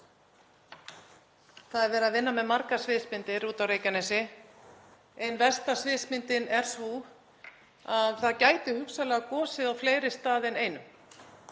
Það er verið að vinna með margar sviðsmyndir úti á Reykjanesi. Ein versta sviðsmyndin er sú að það gæti hugsanlega gosið á fleiri stöðum en einum.